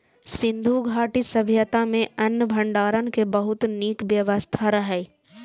सिंधु घाटी सभ्यता मे अन्न भंडारण के बहुत नीक व्यवस्था रहै